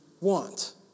want